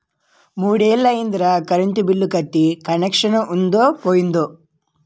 మూడ్నెల్లయ్యిందిరా current bill కట్టీ కనెచ్చనుందో పోయిందో